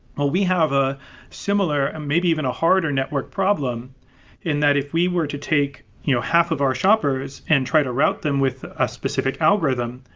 ah we have a similar, and maybe even a harder network problem and that if we were to take you know half of our shoppers and try to route them with a specific algorithm,